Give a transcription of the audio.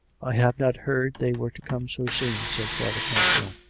i had not heard they were to come so soon, said father campion.